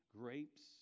grapes